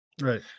Right